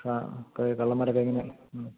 കള്ളന്മാരൊക്കെ ഇങ്ങനെ